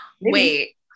wait